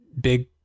big